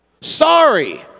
sorry